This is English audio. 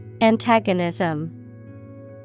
Antagonism